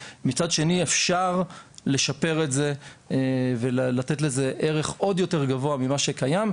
מצד שני אפשר לשפר את זה ולתת לזה ערך עוד יותר גבוהה ממה שקיים,